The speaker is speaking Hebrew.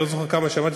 אני לא זוכר כמה שמעתי,